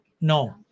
No